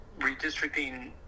redistricting